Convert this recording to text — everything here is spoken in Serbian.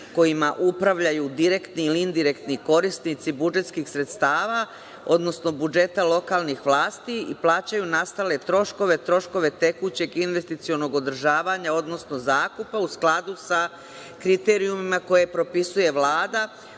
kojima upravljaju direktni ili indirektni korisnici budžetskih sredstava, odnosno budžeta lokalnih vlasti i plaćaju nastale troškove tekućeg investicionog održavanja, odnosno zakupa u skladu sa kriterijumima koje propisuje Vlada,